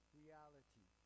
reality